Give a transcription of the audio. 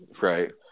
right